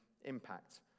impact